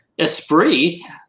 Esprit